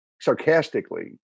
sarcastically